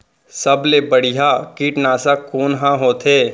सबले बढ़िया कीटनाशक कोन ह होथे?